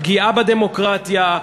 פגיעה בדמוקרטיה,